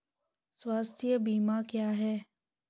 स्वास्थ्य बीमा क्या है?